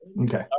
Okay